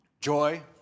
Joy